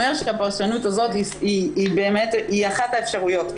משרד הספורט אומר שהפרשנות הזאת היא אחת האפשרויות,